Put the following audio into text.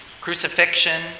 crucifixion